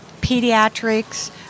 pediatrics